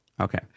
okay